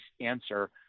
answer